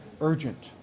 urgent